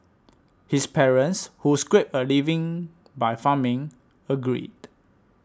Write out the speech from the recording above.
his parents who scraped a living by farming agreed